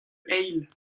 eil